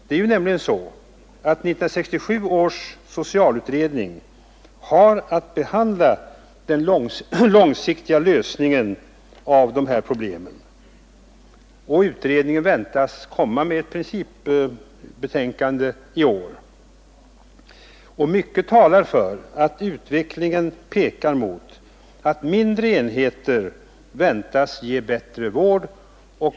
Det är nämligen så att 1967 års socialutredning har att behandla den långsiktiga lösningen av de här problemen, och utredningen väntas komma med ett principbetänkande i år. Mycket talar för att utvecklingen pekar mot att mindre enheter ger bättre vård.